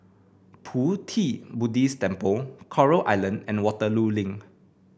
Pu Ti Buddhist Temple Coral Island and Waterloo Link